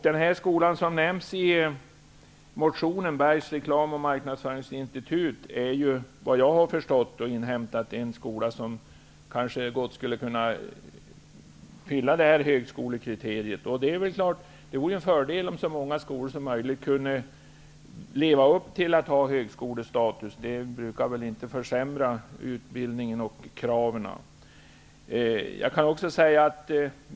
Den skola som nämns i motionen -- Berghs reklamoch marknadsföringsinstitut -- är enligt vad jag har inhämtat en skola som gott skulle kunna fylla högskolekriteriet. Det är klart att det vore en fördel om så många skolor som möjligt levde upp till att ha högskolestatus. Det brukar inte försämra utbildningen eller kraven.